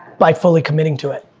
by fully committing to it,